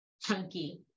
Chunky